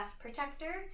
protector